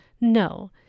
No